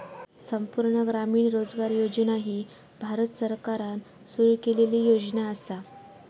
संपूर्ण ग्रामीण रोजगार योजना ही भारत सरकारान सुरू केलेली योजना असा